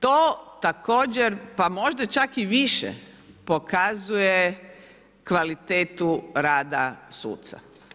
To također pa možda čak i više pokazuje kvalitetu rada suca.